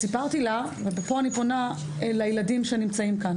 סיפרתי לה פה אני פונה לילדים שנמצאים כאן